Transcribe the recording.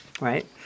right